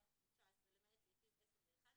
2019 למעט סעיפים 10 ו-11,